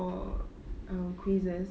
or uh quizzes